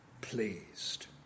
pleased